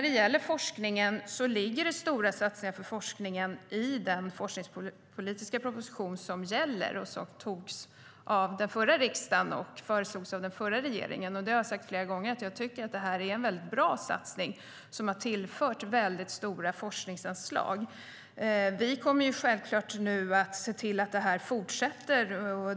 Det ligger stora satsningar på forskningen i den forskningspolitiska proposition som gäller, som det beslutades om av den förra riksdagen och som kom från den förra regeringen. Jag har sagt flera gånger att jag tycker att det är en väldigt bra satsning som har tillfört stora forskningsanslag. Vi kommer självklart att se till att det här fortsätter.